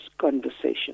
conversation